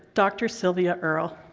dr. sylvia earle.